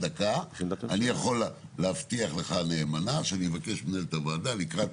אני יכול להבטיח לך נאמנה שאני אבקש ממנהלת הוועדה לקראת